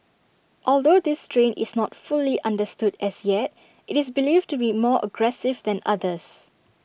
although this strain is not fully understood as yet IT is believed to be more aggressive than others